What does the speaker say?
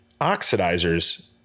oxidizers